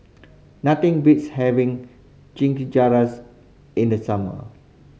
nothing beats having Chimichangas in the summer